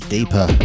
Deeper